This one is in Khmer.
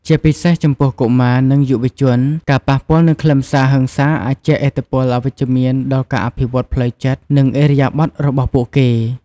ជាពិសេស ចំពោះកុមារ និងយុវជន ការប៉ះពាល់នឹងខ្លឹមសារហិង្សាអាចជះឥទ្ធិពលអវិជ្ជមានដល់ការអភិវឌ្ឍផ្លូវចិត្ត និងឥរិយាបថរបស់ពួកគេ។